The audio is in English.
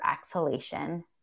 exhalation